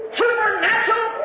supernatural